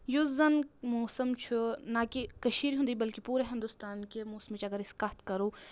یُس زَن موسَم چھُ نہ کہِ کٔشیٖر ہُنٛدے بٕلکہِ پوٗرٕ ہِندوستان کہِ موسمٕچۍ اگر أسۍ کَتھ کَرو